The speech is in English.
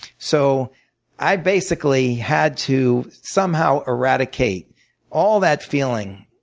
so i basically had to somehow eradicate all that feeling